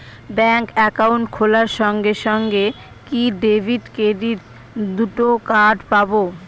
Bank account খোলার সঙ্গে সঙ্গে কি ডেবিট ক্রেডিট দুটো কার্ড পাবো?